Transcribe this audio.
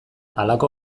halako